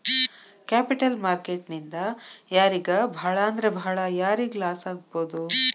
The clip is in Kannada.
ಕ್ಯಾಪಿಟಲ್ ಮಾರ್ಕೆಟ್ ನಿಂದಾ ಯಾರಿಗ್ ಭಾಳಂದ್ರ ಭಾಳ್ ಯಾರಿಗ್ ಲಾಸಾಗ್ಬೊದು?